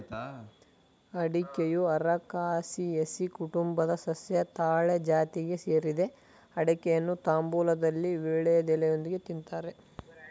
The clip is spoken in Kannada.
ಅಡಿಕೆಯು ಅರಕಾಸಿಯೆಸಿ ಕುಟುಂಬದ ಸಸ್ಯ ತಾಳೆ ಜಾತಿಗೆ ಸೇರಿದೆ ಅಡಿಕೆಯನ್ನು ತಾಂಬೂಲದಲ್ಲಿ ವೀಳ್ಯದೆಲೆಯೊಂದಿಗೆ ತಿನ್ತಾರೆ